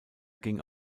gingen